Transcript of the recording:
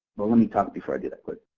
let me talk before i do that quick.